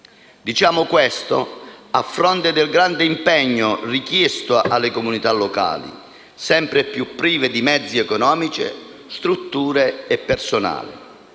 Affermiamo ciò a fronte del grande impegno richiesto alle comunità locali, sempre più prive di mezzi economici, strutture e personale.